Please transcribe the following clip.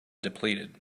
depleted